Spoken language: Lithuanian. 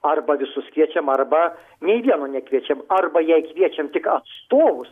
arba visus kviečiam arba nei vieno nekviečiam arba jei kviečiam tik atstovus